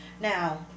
Now